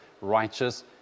righteous